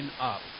up